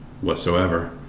whatsoever